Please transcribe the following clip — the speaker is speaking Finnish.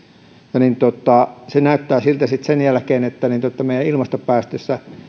ja se näyttää siltä sitten sen jälkeen että meidän ilmastopäästöissä